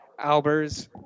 Albers